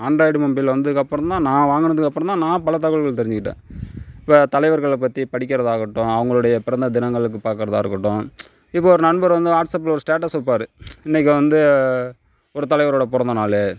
Android mobile வந்ததுக்கப்புறோம் தான் நான் வாங்கினதுக்கப்புறோம் தான் நான் பல தகவல்கள் தெரிஞ்சுகிட்டேன் இப்போ பல தலைவர்களை பற்றி படிக்கிறதாக ஆகட்டும் அவங்களுடைய பிறந்த தினங்களுக்கு பார்க்கறதா இருக்கட்டும் இப்போது ஒரு நண்பர் வந்து வாட்ஸ்அப்பில் ஒரு ஸ்டேட்டஸ் வெப்பார் இன்றைக்கு வந்து ஒரு தலைவரோட பிறந்த நாள்